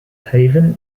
haven